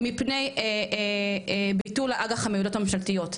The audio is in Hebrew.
מפני ביטול האג"ח המיועדות הממשלתיות.